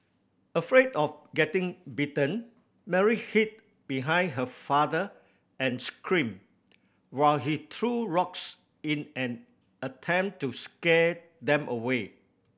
afraid of getting bitten Mary hid behind her father and scream while he threw rocks in an attempt to scare them away